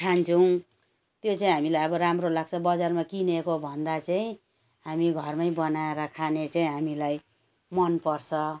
खान्छौँ त्यो चाहिँ हामीलाई अब राम्रो लाग्छ बजारमा किनेको भन्दा चाहिँ हामी घरमै बनाएर खाने चाहिँ हामीलाई मन पर्छ